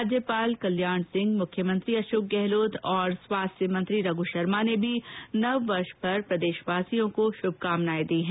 राज्यपाल कल्याण सिंह मुख्यमंत्री अशोक गहलोत और स्वास्थ्य मंत्री रघु शर्मो ने भी नववर्ष पर प्रदेशवासियों को हार्दिक बधाई और शुभकामनाएं दी हैं